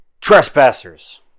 Trespassers